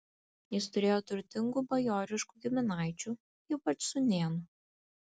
jis turėjo turtingų bajoriškų giminaičių ypač sūnėnų